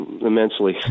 immensely